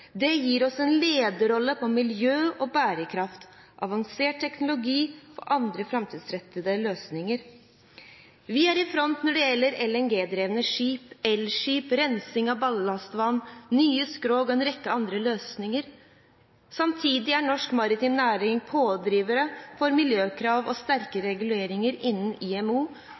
Det gir oss en lederrolle på miljø og bærekraft, avansert teknologi og andre framtidsrettede løsninger. Vi er i front når det gjelder LNG-drevne skip, elskip, rensing av ballastvann, nye skrog og en rekke andre løsninger. Samtidig er norsk maritim næring pådrivere for miljøkrav og sterkere reguleringer innen IMO